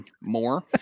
more